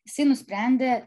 jisai nusprendė